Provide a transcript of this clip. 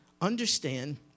understand